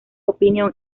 opinión